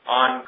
on